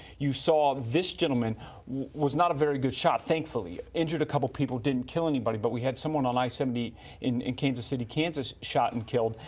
you saw this gentleman was not a very good shot, thankfully, injured a couple people, didn't kill anybody. but we had somebody on i seventy in kansas city, kansas shot and killed.